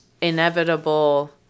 inevitable